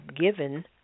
given